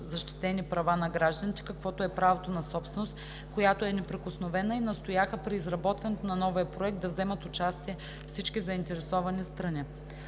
защитени права на гражданите, каквото е правото на собственост, която е неприкосновена, и настояха при изработването на новия проект да вземат участие всички заинтересовани страни.